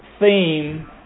theme